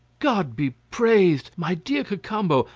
god be praised! my dear cacambo,